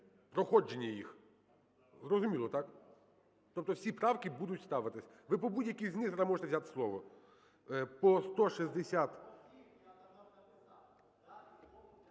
проходження їх. Зрозуміло, так? Тобто всі правки будуть ставитись. Ви по будь-якій з них зможете взяти слово. По 160…